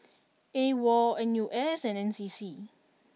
A W O L N U S and N C C